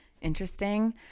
interesting